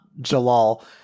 Jalal